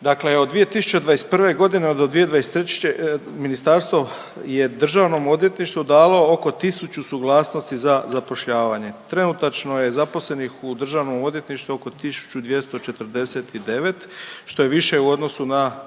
dakle od 2021. godine do '23. ministarstvo je Državnom odvjetništvu dalo oko tisuću suglasnosti za zapošljavanje. Trenutačno je zaposlenih u Državnom odvjetništvu oko 1.249 što je više u odnosu na